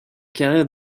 carrière